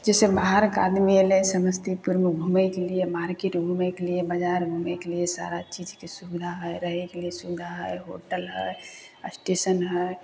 जैसे बाहर कऽ आदमी एलै समस्तीपुर मऽ घूमय कऽ लियऽ मार्केट घूमय कऽ लियऽ बजार घूमय कऽ लियऽ सारा चीज के सुबधा हय रहय के लिए सुबधा होटल हय असटेशन हय